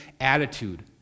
attitude